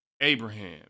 Abraham